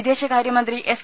വിദേശകാര്യമന്ത്രി എസ്